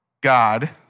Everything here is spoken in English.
God